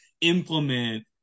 implement